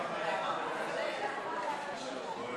ההסתייגויות לסעיף